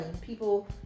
People